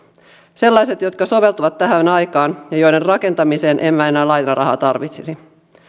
sellaiset jotka soveltuvat tähän aikaan ja joiden rakentamiseen emme enää lainarahaa tarvitsisi